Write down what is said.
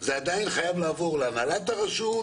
זה עדיין חייב לעבור להנהלת הרשות,